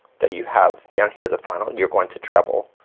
that you have down here, the final, and you're going to treble,